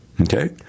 Okay